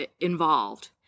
involved